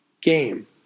game